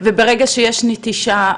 וברגע שיש נטישה,